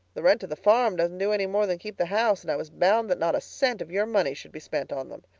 the rent of the farm doesn't do any more than keep the house and i was bound that not a cent of your money should be spent on them.